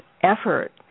effort